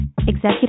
executive